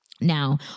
Now